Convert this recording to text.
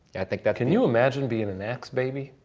i think that can you imagine being an axe baby?